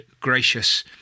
gracious